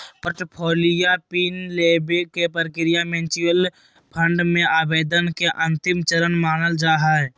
portfolio pin लेबे के प्रक्रिया म्यूच्यूअल फंड मे आवेदन के अंतिम चरण मानल जा हय